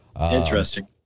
interesting